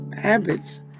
habits